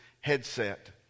headset